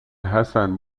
حسن